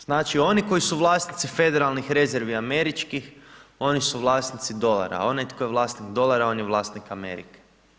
Znači oni koji su vlasnici federalnih rezervi američkih oni su vlasnici dolara a onaj tko je vlasnik dolara, on je vlasnik Amerike.